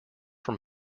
from